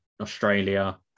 Australia